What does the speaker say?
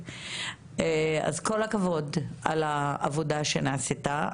אז כל הכבוד על העבודה שנעשתה.